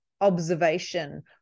observation